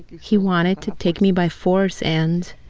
he wanted to take me by force and,